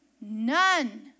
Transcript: None